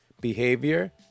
behavior